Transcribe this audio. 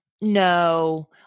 no